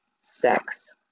sex